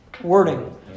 wording